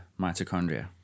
mitochondria